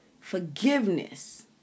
Forgiveness